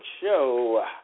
show